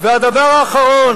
מה אתה יודע על תרבות?